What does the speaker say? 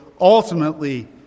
ultimately